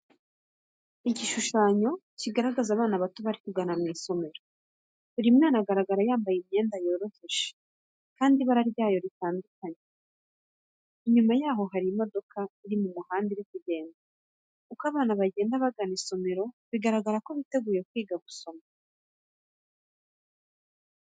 Igishushanyo kigaragaza abana bato bari kugana mu isomero. Buri mwana agaragara yambaye imyenda yoroheje kandi ibara ryayo ritandukanye. Inyuma yabo hari imodoka iri mu muhanda iri kugenda. Uko abana bagenda bagana isomero bigaragara ko biteguye kwiga no gusoma.